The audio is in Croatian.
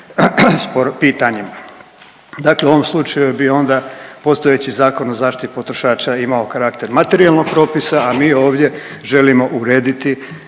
pitanjima. Dakle u ovom slučaju bi onda postojeći Zakon o zaštiti potrošača imao karakter materijalnog propisa, a mi ovdje želimo urediti